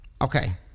Okay